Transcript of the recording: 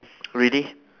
really